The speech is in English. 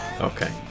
Okay